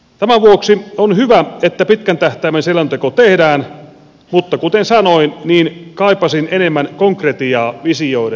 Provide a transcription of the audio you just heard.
tämän vuoksi on hyvä että pitkän tähtäimen selonteko tehdään mutta kuten sanoin kaipasin enemmän konkretiaa visioiden sijaan